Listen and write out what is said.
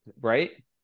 Right